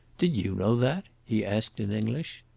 did you know that? he asked in english.